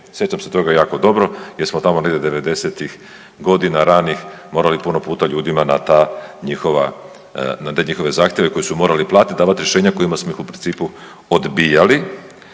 sjećam se toga jako dobro jer smo tamo negdje 90-ih godina ranih morali puno puta ljudima na ta njihova, na te njihove zahtjeve koji su morali platiti, davati rješenja kojima smo ih u principu odbijali.